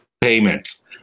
payments